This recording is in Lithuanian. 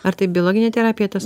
ar tai biologinė terapija tas